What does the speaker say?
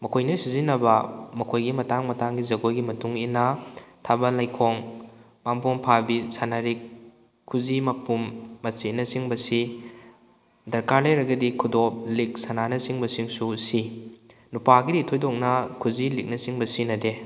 ꯃꯈꯣꯏꯅ ꯁꯤꯖꯤꯟꯅꯕ ꯃꯈꯣꯏꯒꯤ ꯃꯇꯥꯡ ꯃꯇꯥꯡꯒꯤ ꯖꯒꯣꯏꯒꯤ ꯃꯇꯨꯡ ꯏꯟꯅ ꯊꯝꯕꯥꯜ ꯂꯩꯈꯣꯛ ꯄꯥꯝꯕꯣꯝ ꯐꯥꯕꯤ ꯁꯅꯔꯤꯛ ꯈꯨꯖꯤ ꯃꯄꯨꯝ ꯃꯁꯤꯅ ꯆꯤꯡꯕꯁꯤ ꯗꯔꯀꯥꯔ ꯂꯩꯔꯒꯗꯤ ꯈꯨꯗꯣꯞ ꯂꯤꯛ ꯁꯅꯥꯅ ꯆꯤꯡꯕꯁꯤꯡꯁꯨ ꯁꯤ ꯅꯨꯄꯥꯒꯤꯗꯤ ꯊꯣꯏꯗꯣꯛꯅ ꯈꯨꯖꯤ ꯂꯤꯛꯅ ꯆꯤꯡꯕ ꯁꯤꯖꯤꯟꯅꯗꯦ